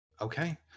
okay